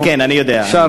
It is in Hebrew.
כן כן, אני יודע.